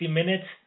minutes